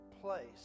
place